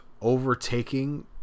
overtaking